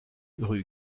rue